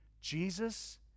Jesus